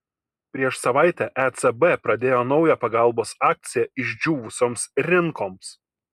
prieš savaitę ecb pradėjo naują pagalbos akciją išdžiūvusioms rinkoms